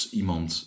iemand